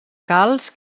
calç